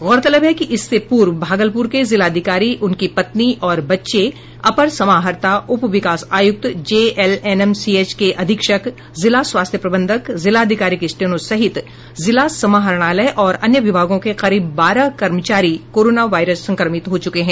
गौरतलब है कि इससे पूर्व भागलपुर के जिलाधिकारी उनकी पत्नी और बच्चे अपर समाहर्ता उप विकास आयुक्त जेएलएनएमसीएच के अधीक्षक जिला स्वास्थ्य प्रबंधक और जिलाधिकारी के स्टेनो सहित जिला समाहरणालय और अन्य विभागों के करीब बारह कर्मचारी कोरोना वायरस संक्रमित हो चुके हैं